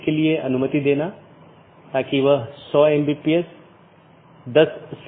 एक अन्य अवधारणा है जिसे BGP कंफेडेरशन कहा जाता है